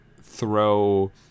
throw